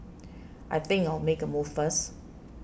I think I'll make a move first